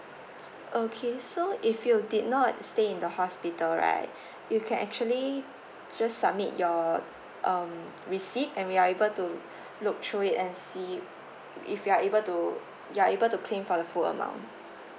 okay so if you did not stay in the hospital right you can actually just submit your um receipt and we are able to look through it and see if you're able to you're able to claim for the full amount